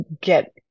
get